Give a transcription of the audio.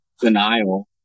denial